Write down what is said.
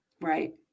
Right